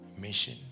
mission